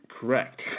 Correct